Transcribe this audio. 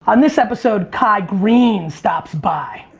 on this episode, kai greene stops by.